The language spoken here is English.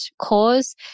cause